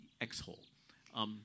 X-hole